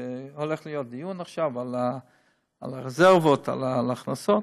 הולך להיות דיון על הרזרבות, על ההכנסות.